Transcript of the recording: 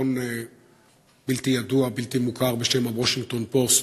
עיתון בלתי ידוע, בלתי מוכר, בשם "וושינגטון פוסט"